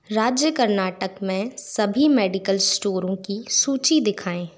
राज्य कर्नाटक में सभी मेडिकल स्टोरों की सूची दिखाएँ